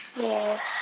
Yes